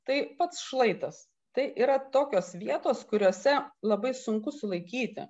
tai pats šlaitas tai yra tokios vietos kuriose labai sunku sulaikyti